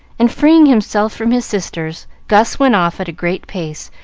and, freeing himself from his sisters, gus went off at a great pace,